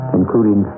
including